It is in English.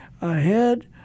ahead